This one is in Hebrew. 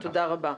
תודה רבה.